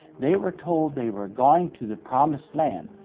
they were told they were going to the promised land.